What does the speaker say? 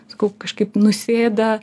sakau kažkaip nusėda